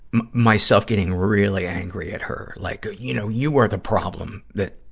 myself getting really angry at her, like, you know, you are the problem. that,